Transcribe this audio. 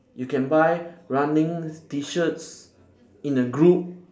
you can buy running T shirts in a group